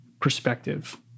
perspective